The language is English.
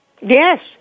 Yes